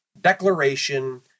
declaration